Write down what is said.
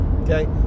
okay